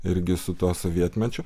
irgi su tuo sovietmečiu